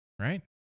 right